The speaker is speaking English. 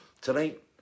Tonight